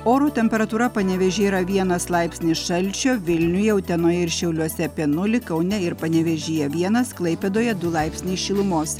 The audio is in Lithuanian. oro temperatūra panevėžyje yra vienas laipsnis šalčio vilniuje utenoje ir šiauliuose apie nulį kaune ir panevėžyje vienas klaipėdoje du laipsniai šilumos